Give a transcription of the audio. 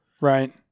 Right